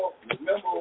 remember